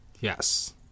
Yes